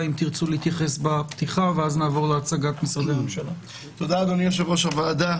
תודה, אדוני יושב-ראש הוועדה.